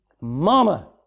Mama